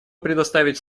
предоставить